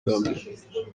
gambia